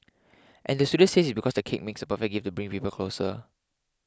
and the studio says it's because the cake makes a perfect gift to bring people closer